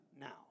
now